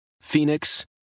Phoenix